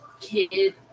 kid